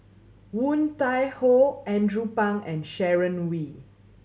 Woon Tai Ho Andrew Phang and Sharon Wee